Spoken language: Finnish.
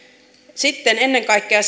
sitten ennen kaikkea